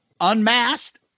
Unmasked